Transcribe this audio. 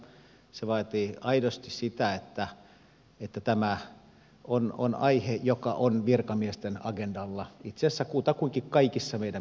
se vaatii aidosti sitä että tämä on aihe joka on virkamiesten agendalla itse asiassa kutakuinkin kaikissa meidän ministeriöissämme